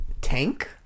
Tank